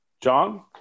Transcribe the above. John